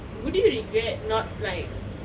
would you regret not like